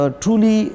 truly